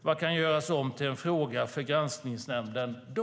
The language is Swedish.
Vad kan göras om till en fråga för Granskningsnämnden då?